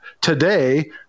today